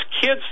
kids